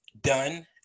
done